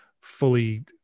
fully